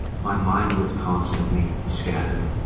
my mind was constantly scattered.